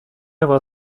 avoir